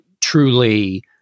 truly